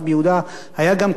היה גם קיסר רומי,